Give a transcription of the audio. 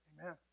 amen